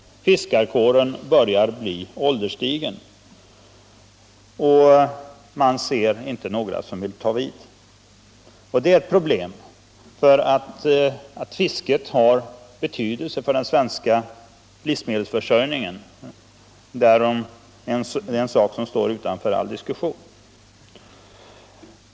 Fiskarkåren börjar bli ålderstigen, och man ser inte några som vill ta vid. Det är ett problem. Att fisket har betydelse för den svenska livsmedelsförsörjningen är ställt utom all diskussion.